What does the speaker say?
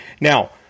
Now